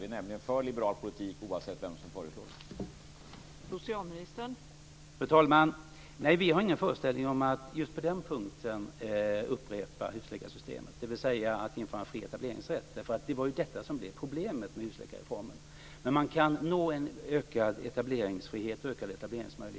Vi är nämligen för liberal politik oavsett vem som lägger fram förslagen.